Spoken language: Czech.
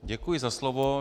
Děkuji za slovo.